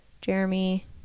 jeremy